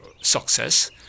success